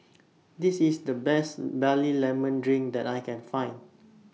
This IS The Best Barley Lemon Drink that I Can Find